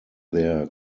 their